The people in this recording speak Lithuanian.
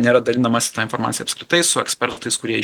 nėra dalinamasi informacija apskritai su ekspertais kurie